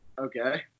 Okay